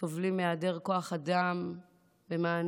סובלים מהיעדר כוח אדם במענה,